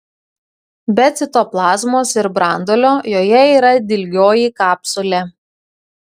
be citoplazmos ir branduolio joje yra dilgioji kapsulė